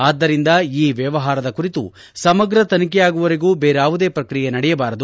ಆದ್ದರಿಂದ ಈ ವ್ಯವಹಾರದ ಕುರಿತು ಸಮಗ್ರ ತನಿಖೆಯಾಗುವವರೆಗೂ ಬೇರಾವುದೇ ಪ್ರಕ್ರಿಯೆ ನಡೆಯಬಾರದು